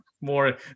more